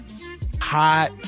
hot